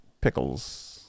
pickles